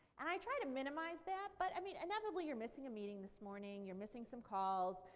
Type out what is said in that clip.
and i try to minimize that, but i mean inevitably you're missing a meeting this morning, you're missing some calls,